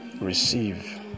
receive